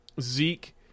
Zeke